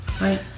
Right